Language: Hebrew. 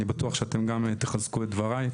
אני בטוח שאתם גם תחזקו את דבריי.